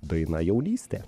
daina jaunystė